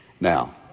Now